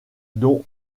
dont